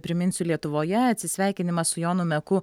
priminsiu lietuvoje atsisveikinimas su jonu meku